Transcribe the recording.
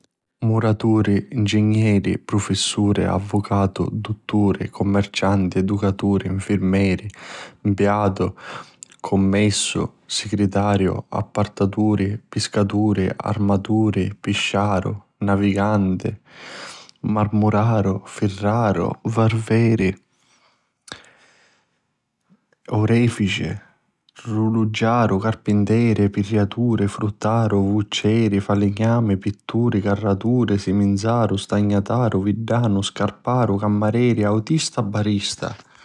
Muraturi, ncigneri, prifissuri, avvucatu, dutturi, commercianti, educaturi, nfirmeri, mpiatu, cummessu, sigritariu, appartaturi, piscaturi, armaturi, pisciaru, naviganti, marmuraru, firraru, varveri, orefici, ruluggiaru, carpinteri, pirriaturi, fruttaru, vucceri, falignami, pitturi, carraturi, siminzaru, stagnataru, viddanu, scarparu, cammareri, autista, barrista.